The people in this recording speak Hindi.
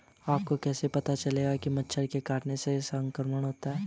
आपको कैसे पता चलेगा कि मच्छर के काटने से संक्रमण होता है?